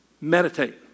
meditate